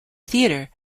theatre